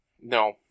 No